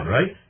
Right